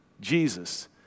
Jesus